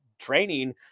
training